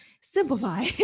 simplify